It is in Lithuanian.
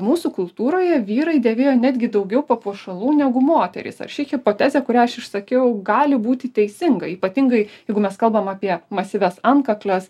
mūsų kultūroje vyrai dėvėjo netgi daugiau papuošalų negu moterys ar ši hipotezė kurią aš išsakiau gali būti teisinga ypatingai jeigu mes kalbam apie masyvias antkakles